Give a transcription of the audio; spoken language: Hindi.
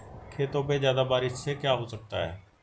खेतों पे ज्यादा बारिश से क्या हो सकता है?